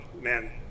man